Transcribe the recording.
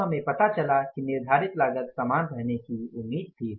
तब हमें पता चला कि निर्धारित लागत समान रहने की उम्मीद थी